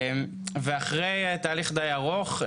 ואחרי תהליך די ארוך,